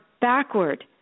backward